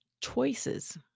choices